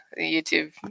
YouTube